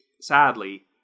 Sadly